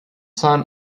son